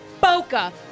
Boca